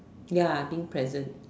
ya I think present